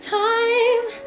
time